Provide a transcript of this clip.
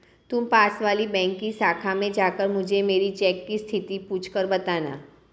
तुम पास वाली बैंक की शाखा में जाकर मुझे मेरी चेक की स्थिति पूछकर बताना